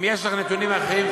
אם יש לך נתונים אחרים,